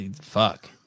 fuck